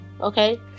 okay